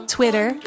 Twitter